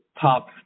top